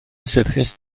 syrthiaist